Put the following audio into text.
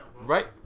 Right